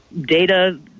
data